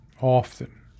often